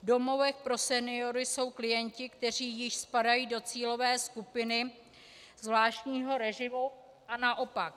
V domovech pro seniory jsou klienti, kteří již spadají do cílové skupiny zvláštního režimu, a naopak.